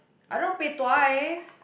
I don't want pay twice